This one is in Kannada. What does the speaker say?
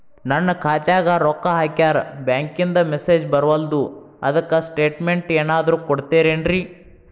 ನನ್ ಖಾತ್ಯಾಗ ರೊಕ್ಕಾ ಹಾಕ್ಯಾರ ಬ್ಯಾಂಕಿಂದ ಮೆಸೇಜ್ ಬರವಲ್ದು ಅದ್ಕ ಸ್ಟೇಟ್ಮೆಂಟ್ ಏನಾದ್ರು ಕೊಡ್ತೇರೆನ್ರಿ?